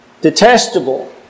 detestable